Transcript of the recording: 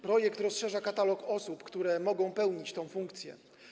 Projekt rozszerza katalog osób, które mogą pełnić tę funkcję.